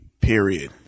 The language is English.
period